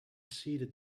ceded